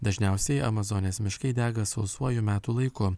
dažniausiai amazonės miškai dega sausuoju metų laiku